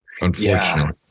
Unfortunately